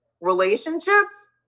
relationships